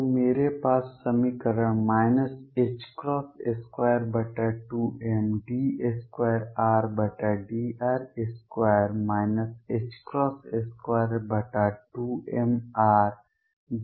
तो मेरे पास समीकरण 22md2Rdr2 22mrdRdrll122mr2RVrRER है